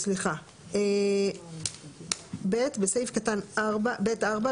בסעיף קטן (ב)(4),